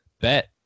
Bet